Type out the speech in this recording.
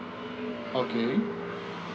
okay